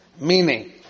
Meaning